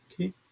okay